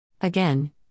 Again